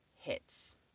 hits